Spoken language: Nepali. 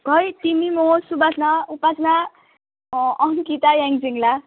खोइ तिमी म सुभासना उपासना अङ्किता याङछिङ्ला